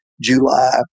July